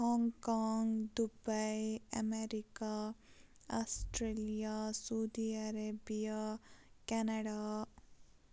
Hong Kong Dubai America Australia Saudi Arabia Canada